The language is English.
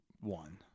One